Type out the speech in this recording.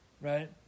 right